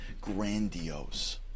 grandiose